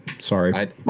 sorry